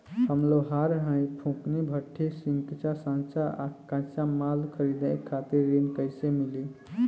हम लोहार हईं फूंकनी भट्ठी सिंकचा सांचा आ कच्चा माल खरीदे खातिर ऋण कइसे मिली?